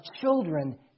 children